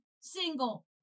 single